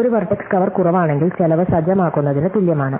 ഒരു vertex cover കുറവാണെങ്കിൽ ചെലവ് സജ്ജമാക്കുന്നതിന് തുല്യമാണ്